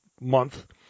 month